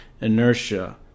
inertia